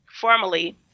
formally